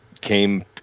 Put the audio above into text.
came